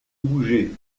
bouger